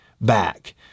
back